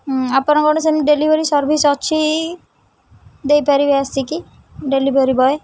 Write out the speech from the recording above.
ଆପଣ କ'ଣ ସେମିତି ଡେଲିଭରି ସର୍ଭିସ୍ ଅଛି ଦେଇପାରିବେ ଆସିକି ଡେଲିଭରି ବୟ